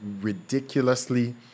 ridiculously